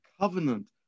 covenant